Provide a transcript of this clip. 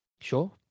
Sure